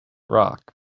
rock